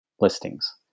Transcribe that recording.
listings